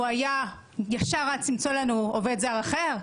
הוא היה ישר רץ למצוא לנו עובד זר אחר,